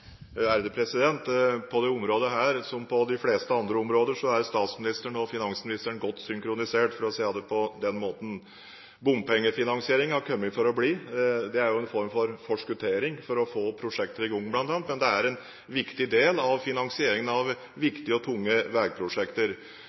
På dette området som på de fleste andre områder er statsministeren og finansministeren godt synkronisert, for å si det på den måten. Bompengefinansiering har kommet for å bli. Det er en form for forskuttering for å få prosjekter i gang bl.a., men det er en viktig del av finansieringen av viktige og tunge vegprosjekter.